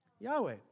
Yahweh